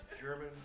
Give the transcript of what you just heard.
German